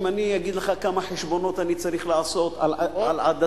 אם אני אגיד לך כמה חשבונות אני צריך לעשות על עדתי,